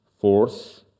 Force